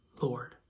Lord